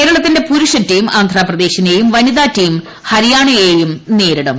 കേരളത്തിന്റെ പുരുഷ ടീം ആന്ധ്രാപ്രദേശിനെയും വനിതാ ടീം ഹരിയാനയെയും നേരിടും